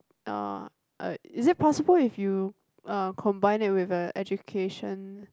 uh uh is it possible if you uh combine it with a education